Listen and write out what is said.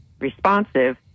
responsive